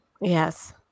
Yes